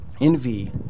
Envy